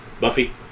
Buffy